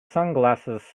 sunglasses